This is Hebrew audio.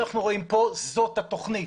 כאן, זאת התוכנית.